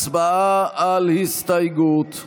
הצבעה על הסתייגות.